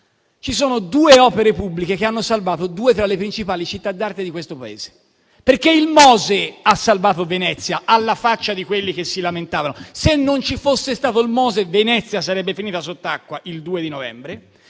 ci sono due opere pubbliche che hanno salvato due tra le principali città d'arte di questo Paese. Il Mose ha salvato Venezia, alla faccia di quelli che si lamentavano. Se non ci fosse stato il Mose, Venezia sarebbe finita sott'acqua il 2 novembre.